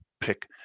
Pick